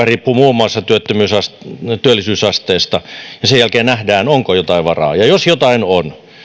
riippuu muun muassa työllisyysasteesta sen jälkeen nähdään onko jotain varaa ja jos jotain on